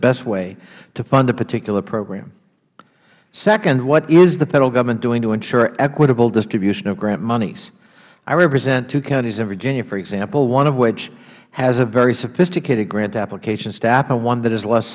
best way to fund a particular program second what is the federal government doing to ensure equitable distribution of grant monies i represent two counties in virginia for example of which one has a very sophisticated grant application staff and one that is less